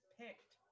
picked